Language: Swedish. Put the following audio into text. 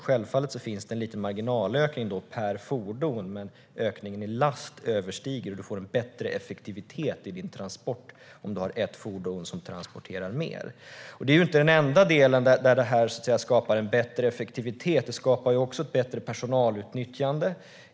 Självfallet blir det då en liten marginalökning per fordon, men du får en högre effektivitet i din transport om du har ett fordon som transporterar mer. Det här skapar inte bara mer effektivitet, utan det skapar också ett bättre personalutnyttjande.